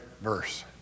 verse